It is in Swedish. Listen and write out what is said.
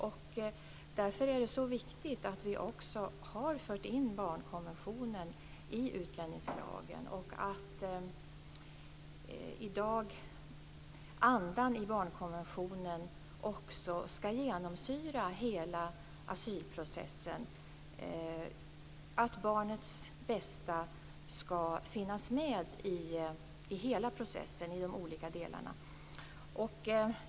Det är därför så viktigt att vi har fört in barnkonventionen i utlänningslagen, att andan i barnkonventionen genomsyrar hela asylprocessen och att barnets bästa ska finnas med i hela processen i de olika delarna.